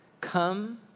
Come